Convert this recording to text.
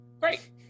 great